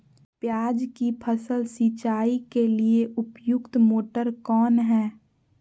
प्याज की फसल सिंचाई के लिए उपयुक्त मोटर कौन है?